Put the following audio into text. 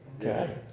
Okay